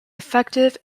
effective